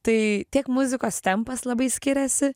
tai tiek muzikos tempas labai skiriasi